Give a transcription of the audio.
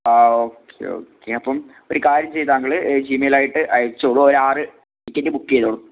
ആ okay okay അപ്പം ഒരു കാര്യം ചെയ്യ് താങ്കൾ ജിമെയിലായിട്ട് അയച്ചോളു ഒരു ആറ് ടിക്കറ്റ് ബുക്ക് ചെയ്തോളു